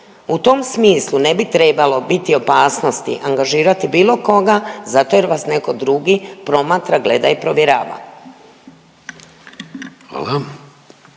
U tom smislu ne bi trebalo biti opasnosti angažirati bilo koga zato jer vas netko drugi promatra, gleda i provjerava.